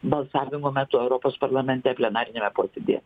balsavimo metu europos parlamente plenariniame posėdyje